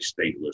stateless